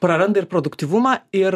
praranda ir produktyvumą ir